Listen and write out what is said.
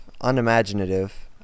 unimaginative